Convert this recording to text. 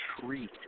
treat